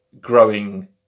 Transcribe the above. growing